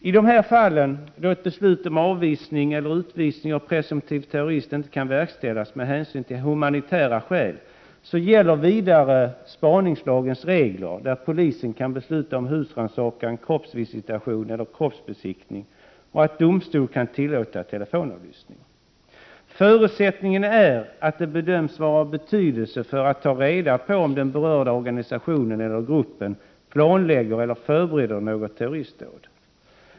I dessa fall, då ett beslut om avvisning eller utvisning av presumtiv terrorist inte kan verkställas av humanitära skäl, gäller vidare spaningslagens regler att polisen kan besluta om husrannsakan, kroppsvisitation eller kroppsbesiktning och att domstol kan tillåta telefonavlyssning. Förutsättningen är att det bedöms vara av betydelse för att ta reda på om den berörda organisationen eller gruppen planlägger eller förbereder något terroristdåd.